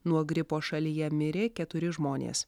nuo gripo šalyje mirė keturi žmonės